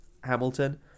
Hamilton